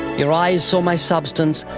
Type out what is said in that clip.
your eyes saw my substance,